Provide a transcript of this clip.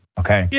okay